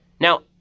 Now